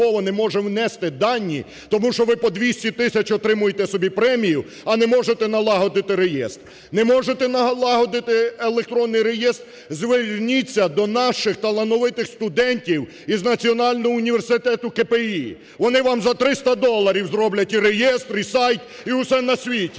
Вони вам за 300 доларів зроблять і реєстр, і сайт, і усе на світі!